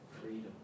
freedom